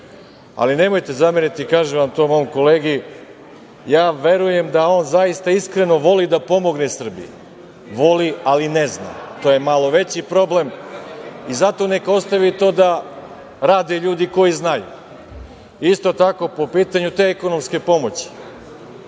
Ali, nemojte zameriti, kažem vam, tom mom kolegi, verujem da on zaista iskreno voli da pomogne Srbiji. Voli, ali ne zna. To je malo veći problem i zato neka ostavi to da rade ljudi koji znaju. Isto tako po pitanju te ekonomske pomoći,